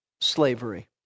slavery